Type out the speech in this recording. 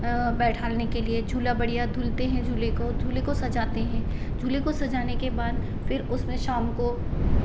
बैठालने के लिए झूला बढ़िया झूलते हैं झूले को झूले को सजाते हैं झूले को सजाने के बाद फिर उसमें शाम को